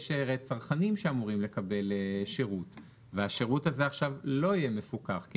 יש הרי צרכנים שאמורים לקבל שירות והשירות הזה עכשיו לא יהיה מפוקח כי